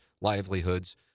livelihoods